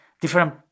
different